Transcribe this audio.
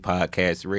Podcast